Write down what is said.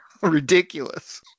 Ridiculous